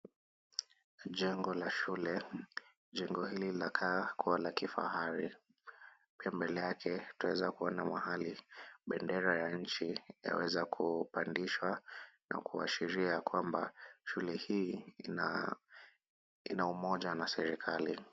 Jengo la shule. Jengo hili linakaa kuwa la kifahali. Pia mbele yake twaeza kuona mahali bendera ya nchi yaweza kupandishwa na kuashiria kwamba shule hii ina umoja na serikali.